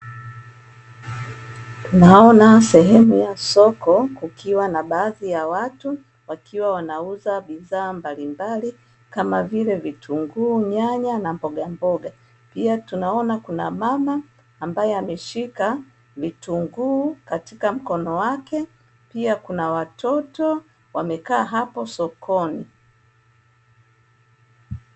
Naona sehemu ya soko kukiwa na baadhi ya watu wakiwa wanauza bidhaa mbalimbali, kama vile: vitunguu, nyanya na mbogamboga. Pia tunaona kuna mama ambaye ameshika vitunguu katika mkono wake, pia kuna watoto wamekaa hapo sokoni.